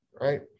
Right